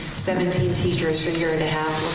seventeen teachers for a year and a half,